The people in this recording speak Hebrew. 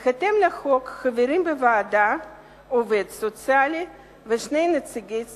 בהתאם לחוק חברים בוועדה עובד סוציאלי ושני נציגי ציבור,